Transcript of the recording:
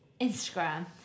Instagram